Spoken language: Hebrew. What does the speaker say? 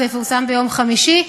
זה יפורסם ביום חמישי.